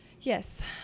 Yes